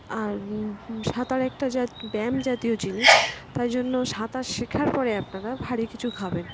আর সাঁতার একটা জা ব্যায়াম জাতীয় জিনিস তাই জন্য সাঁতার শেখার পরে আপনারা ভারী কিছু খাবেন